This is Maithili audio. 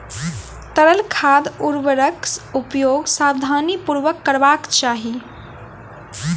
तरल खाद उर्वरकक उपयोग सावधानीपूर्वक करबाक चाही